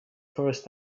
first